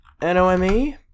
N-O-M-E